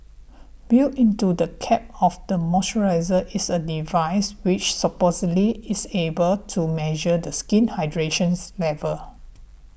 built into the cap of the moisturiser is a device which supposedly is able to measure the skin's hydrations levels